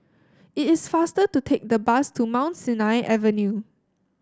it is faster to take the bus to Mount Sinai Avenue